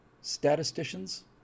statisticians